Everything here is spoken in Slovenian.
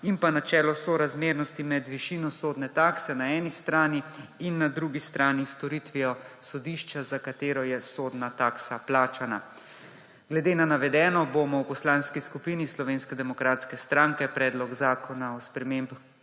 in pa načelo sorazmernosti med višino sodne takse na eni strani in na drugi strani storitvijo sodišča, za katero je sodna taksa plačana. Glede na navedeno bomo v Poslanski skupini Slovenske demokratske stranke Predlog zakona o spremembah